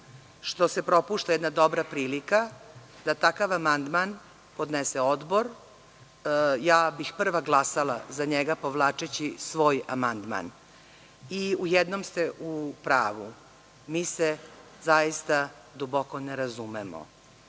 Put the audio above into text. što se propušta jedna dobra prilika da takav amandman podnese odbor, ja bih prva glasala za njega povlačeći svoj amandman. U jednom ste u pravu. Mi se zaista duboko ne razumemo.